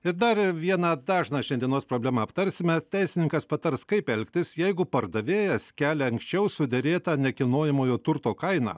ir dar vieną dažną šiandienos problemą aptarsime teisininkas patars kaip elgtis jeigu pardavėjas kelia anksčiau suderėtą nekilnojamojo turto kainą